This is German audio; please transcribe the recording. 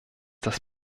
das